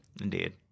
Indeed